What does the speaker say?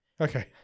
Okay